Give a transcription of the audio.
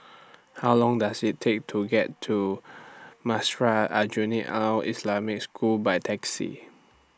How Long Does IT Take to get to Madrasah Aljunied Al Islamic School By Taxi